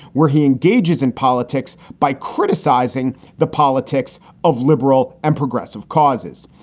where he engages in politics by criticizing the politics of liberal and progressive causes.